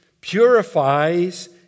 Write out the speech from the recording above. purifies